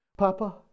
Papa